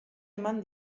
eman